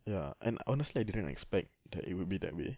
ya and honestly I didn't expect that it would be that way